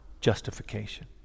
justification